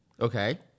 okay